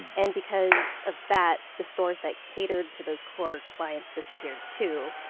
and because of that, the stores that catered to those core clients disappeared too.